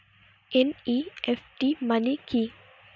NEFT মনে কি?